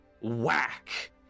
whack